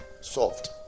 solved